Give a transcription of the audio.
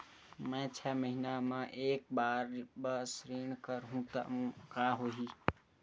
मैं छै महीना म एक बार बस ऋण करहु त का होही?